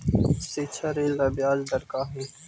शिक्षा ऋण ला ब्याज दर का हई?